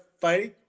fighting